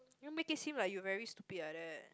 you make it seem like you very stupid like that